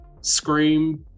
Scream